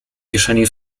kieszeni